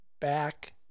back